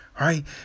Right